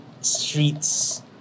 streets